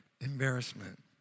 embarrassment